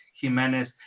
Jimenez